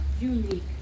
unique